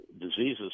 diseases